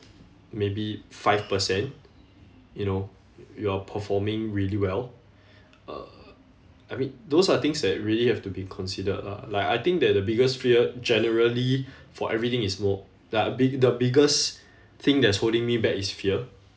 maybe five percent you know y~ you are performing really well uh I mean those are things that really have to be considered lah like I think that the biggest fear generally for everything is that big~ the biggest thing that's holding me back is fear